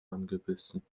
angebissen